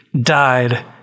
died